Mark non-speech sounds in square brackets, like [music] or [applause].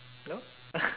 no [noise]